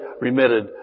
remitted